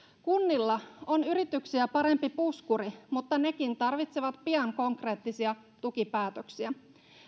kunnilla on yrityksiä parempi puskuri mutta nekin tarvitsevat pian konkreettisia tukipäätöksiä